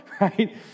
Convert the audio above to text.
Right